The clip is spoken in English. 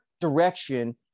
direction